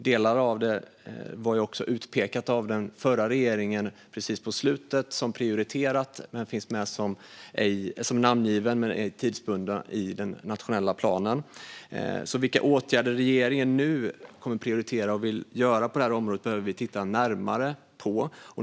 Delar av detta blev också av den förra regeringen precis på slutet utpekat som prioriterat. De delarna finns med som namngivna men ej tidsbundna i den nationella planen. Vilka åtgärder regeringen nu kommer att prioritera och vill genomföra på det här området behöver vi titta närmare på.